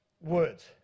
words